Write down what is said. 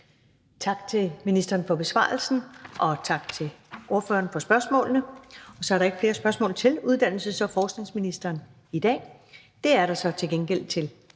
Tak til ministeren for besvarelsen, og tak til spørgeren for spørgsmålene. Så er der ikke flere spørgsmål til uddannelses- og forskningsministeren i dag. Det er der så til gengæld til